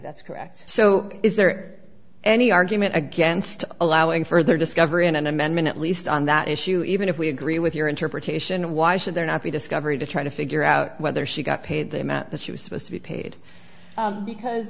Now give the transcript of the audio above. that's correct so is there any argument against allowing further discovery and an amendment at least on that issue even if we agree with your interpretation of why should there not be discovery to try to figure out whether she got paid the amount that she was supposed to be paid because